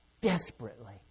desperately